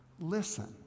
Listen